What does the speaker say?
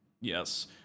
Yes